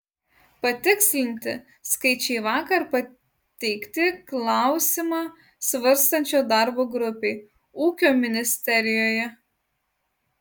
patikslinti skaičiai vakar pateikti klausimą svarstančiai darbo grupei ūkio ministerijoje